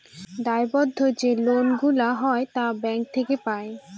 দায়বদ্ধ যে লোন গুলা হয় তা ব্যাঙ্ক থেকে পাই